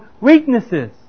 weaknesses